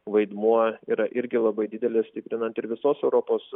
vaidmuo yra irgi labai didelis stiprinant ir visos europos